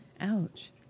Ouch